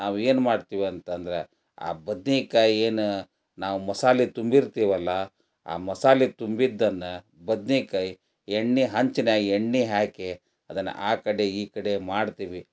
ನಾವು ಏನು ಮಾಡ್ತೀವಿ ಅಂತಂದ್ರೆ ಆ ಬದ್ನೆಕಾಯಿ ಏನು ನಾವು ಮಸಾಲೆ ತುಂಬಿರ್ತೀವಲ್ಲ ಆ ಮಸಾಲೆ ತುಂಬಿದ್ದನ್ನು ಬದ್ನೆಕಾಯಿ ಎಣ್ಣೆ ಹೆಂಚಿನ್ಯಾಗ ಎಣ್ಣೆ ಹಾಕಿ ಅದನ್ನ ಆ ಕಡೆ ಈ ಕಡೆ ಮಾಡ್ತೀವಿ